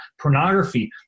pornography